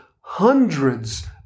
hundreds